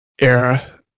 era